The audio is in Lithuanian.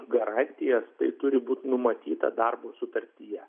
garantijas tai turi būt numatyta darbo sutartyje